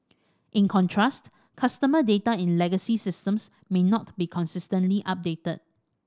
in contrast customer data in legacy systems may not be consistently updated